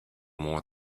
more